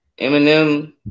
Eminem